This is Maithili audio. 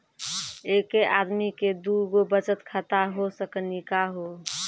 एके आदमी के दू गो बचत खाता हो सकनी का हो?